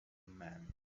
man